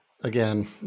again